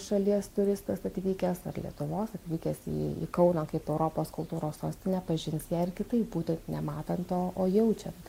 šalies turistas atvykęs lietuvos atvykęs į į kauną kaip europos kultūros sostinę pažins ją ir kitaip būtent ne matant o o jaučiant